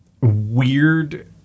weird